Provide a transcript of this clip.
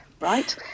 right